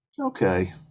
okay